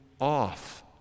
off